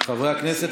חברי הכנסת,